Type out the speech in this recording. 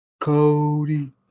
Cody